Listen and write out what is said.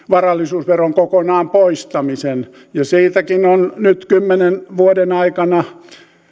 varallisuusveron kokonaan poistamisen ja siitäkin on nyt kymmenen vuoden aikana